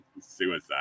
suicide